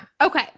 Okay